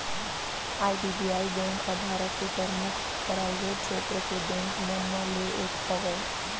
IDBI bank ह भारत के परमुख पराइवेट छेत्र के बेंक मन म ले एक हवय